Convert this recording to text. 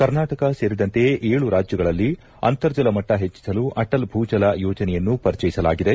ಕರ್ನಾಟಕ ಸೇರಿದಂತೆ ಏಳು ರಾಜ್ಯಗಳಲ್ಲಿ ಅಂತರ್ಜಲ ಮಟ್ಟ ಹೆಚ್ಚಿಸಲು ಅಟಲ್ ಭೂಜಲ ಯೋಜನೆಯನ್ನು ಪರಿಚಯಿಸಲಾಗಿದೆ